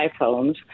iPhones